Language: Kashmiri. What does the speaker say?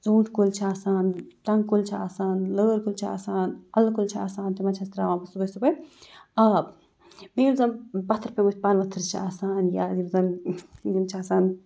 ژوٗنٛٹھۍ کُلۍ چھِ آسان ٹنٛگہٕ کُلۍ چھِ آسان لٲر کُلۍ چھِ آسان اَلہٕ کُلۍ چھِ آسان تِمَن چھَس ترٛاوان بہٕ صُبحٲے صُبحٲے آب بیٚیہِ یِم زَن پَتھَر پٮ۪مٕتۍ پَنہٕ ؤتھٕر چھِ آسان یا یِم زَن یِم چھِ آسان